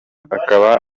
akaba